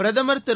பிரதமர் திரு